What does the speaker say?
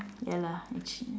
ya lah actually